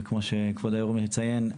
וכמו שכבוד היו"ר מציין,